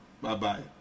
Bye-bye